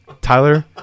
tyler